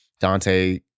Dante